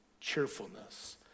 cheerfulness